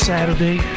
Saturday